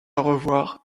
revoir